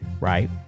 Right